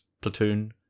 Platoon